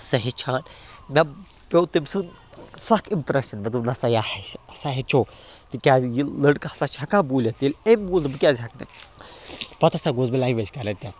سۄ ہیٚچھان مےٚ پیوٚو تٔمۍ سُنٛد سَکھ اِمپرٛٮ۪شَن مے دوٚپ نہ سا یہِ ہیٚچھو تِکیازِیہِ لٔڑکہٕ ہَسا چھِ ہٮ۪کان بوٗلِتھ ییٚلہِ أمۍ بوٗل بہٕ کیازِ ہٮ۪کہٕ نہٕ پَتہٕ ہَسا گوس بہٕ لٮ۪نٛگویج کَرنہِ تہِ